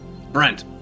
Brent